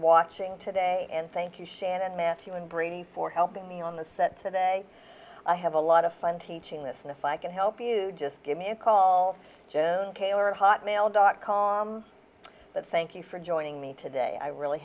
watching today and thank you shannon matthew and brainy for helping me on the set today i have a lot of fun teaching this and if i can help you just give me a call june kaylor at hotmail dot com but thank you for joining me today i really